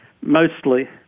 mostly